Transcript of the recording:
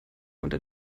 unter